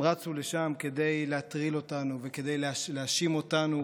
הם רצו לשם כדי להטריל אותנו וכדי להאשים אותנו,